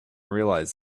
realize